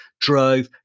drove